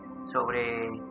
sobre